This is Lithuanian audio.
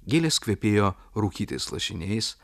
gėlės kvepėjo rūkytais lašiniais